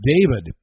David